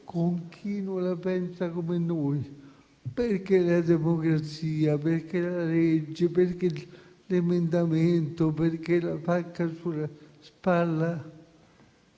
con chi non la pensa come noi, perché la democrazia, perché la legge, perché l'emendamento, perché la pacca sulla spalla